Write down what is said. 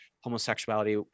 homosexuality